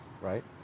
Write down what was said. right